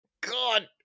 God